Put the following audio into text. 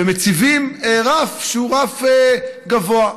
ומציבים רף שהוא רף גבוה.